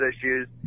issues